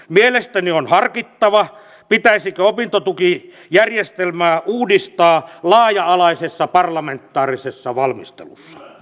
mielestäni on harkittava pitäisikö opintotukijärjestelmää uudistaa laaja alaisessa parlamentaarisessa valmistelussa